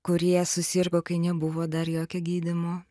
kurie susirgo kai nebuvo dar jokio gydymo